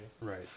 Right